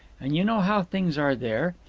and you know how things are there.